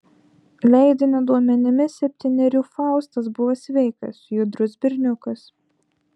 leidinio duomenimis septynerių faustas buvo sveikas judrus berniukas